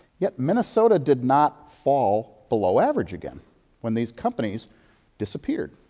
yet, minnesota did not fall below average again when these companies disappeared.